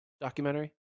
documentary